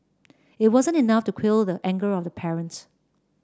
it wasn't enough to quell the anger of the parents